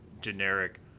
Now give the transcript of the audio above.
generic